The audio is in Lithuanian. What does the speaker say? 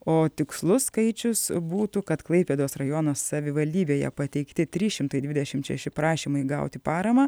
o tikslus skaičius būtų kad klaipėdos rajono savivaldybėje pateikti trys šimtai dvidešimt šeši prašymai gauti paramą